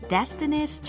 Destiny's